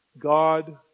God